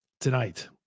tonight